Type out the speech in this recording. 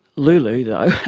lulu though,